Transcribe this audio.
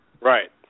Right